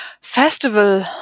festival